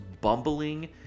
bumbling